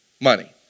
Money